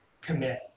commit